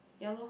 ya lor